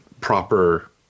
proper